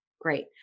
great